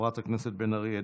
חברת הכנסת בן ארי,